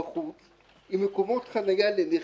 עם מקומות חניה לנכים,